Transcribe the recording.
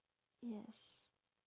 yes